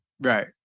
Right